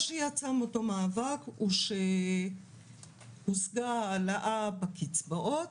מה שיצא מאותו מאבק הוא שהושגה העלאה בקצבאות,